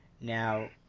Now